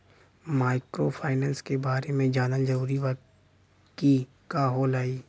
Microfinance के बारे में जानल जरूरी बा की का होला ई?